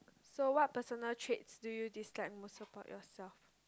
so what personal traits do you dislike most about yourself